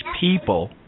people